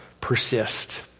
persist